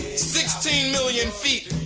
sixteen million feet,